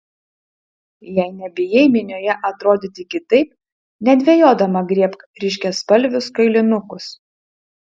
jei nebijai minioje atrodyti kitaip nedvejodama griebk ryškiaspalvius kailinukus